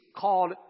called